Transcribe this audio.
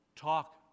talk